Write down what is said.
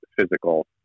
physical